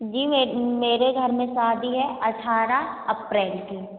जी मेरे घर में शादी है अठारह अप्रैल की